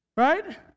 Right